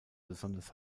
besonders